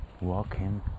Walking